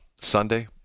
Sunday